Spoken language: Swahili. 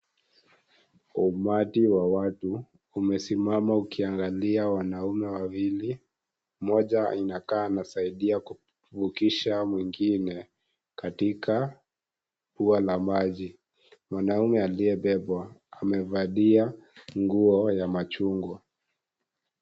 Umati wa watu umesimama ukiangalia pia wanaume wawili. Mmoja inakaa anasaidia kumvukisha mwingine katika ua la maji. Mwanaume aliyebebwa amevalia nguo ya machungwa.